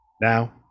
now